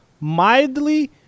mildly